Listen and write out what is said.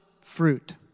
fruit